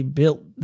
built